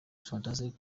fantastic